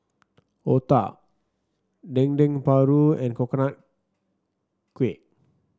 otah Dendeng Paru and Coconut Kuih